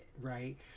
right